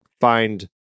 find